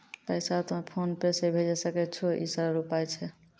पैसा तोय PhonePe से भैजै सकै छौ? ई सरल उपाय छै?